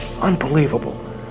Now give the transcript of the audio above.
Unbelievable